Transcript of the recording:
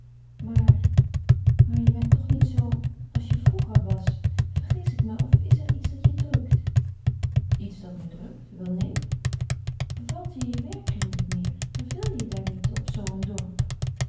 maar maar je bent toch niet zoo als je vroeger was vergis ik me of is er iets dat je drukt iets dat me drukt wel neen bevalt je je werkkring niet meer verveel je je daar op zoo een dorp